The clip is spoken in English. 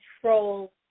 control